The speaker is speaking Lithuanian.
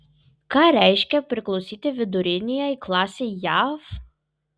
ką reiškia priklausyti viduriniajai klasei jav